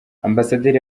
ambasaderi